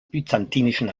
byzantinischen